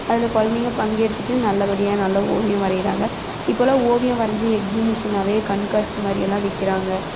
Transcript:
அதில் குழந்தைங்க பங்கெடுத்துகிட்டு நல்லபடியாக நல்ல ஓவியம் வரைகிறாங்க இப்பெலாம் ஓவியம் வரைஞ்சி எக்சிபிஷன்னாகவே கண்காட்சி மாதிரியெல்லாம் வைக்கிறாங்க